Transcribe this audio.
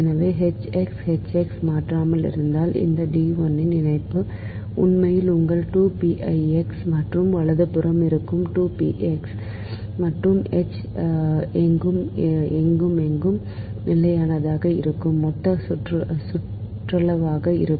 எனவே H x H x மாறாமல் இருந்தால் இந்த d l இன் ஒருங்கிணைப்பு உண்மையில் உங்கள் 2 pi x மற்றும் வலதுபுறமாக இருக்கும் 2 பி எக்ஸ் மற்றும் எச் எங்கும் எங்கும் நிலையானதாக இருக்கும் மொத்த சுற்றளவாக இருக்கும்